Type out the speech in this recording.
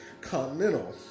Continental